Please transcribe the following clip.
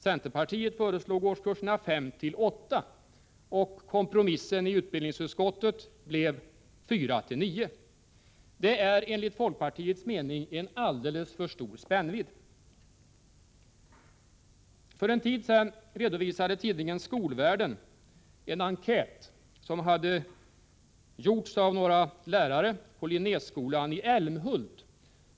Centerpartiet föreslog årskurserna 5-8. Kompromissen i utbildningsutskottet blev 4-9. Detta är enligt folkpartiets mening en alldeles för stor spännvidd. För en tid sedan redovisade tidningen Skolvärlden en enkät, som hade gjorts av några lärare på Linnéskolan i Älmhult.